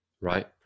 Right